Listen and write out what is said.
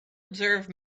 observe